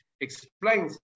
Explains